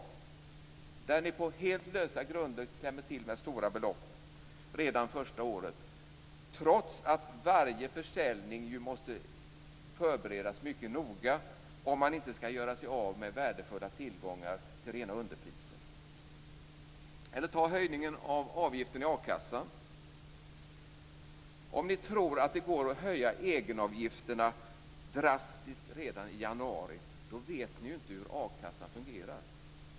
Där klämmer ni på helt lösa grunder till med stora belopp redan första året, trots att varje försäljning måste förberedas mycket noga, om man inte skall göra sig av med värdefulla tillgångar till rena underpriser. Eller ta t.ex. höjningen av avgiften till a-kassan! Om ni tror att det drastiskt redan i januari går att höja egenavgifterna, då vet ni ju inte hur a-kassan fungerar.